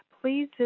please